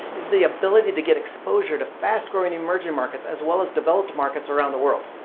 is the ability to get exposure to fast-growing emerging markets as well as developed markets around the world.